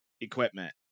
equipment